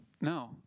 No